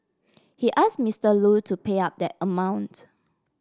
he ask Mister Lu to pay up that amount